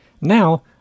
Now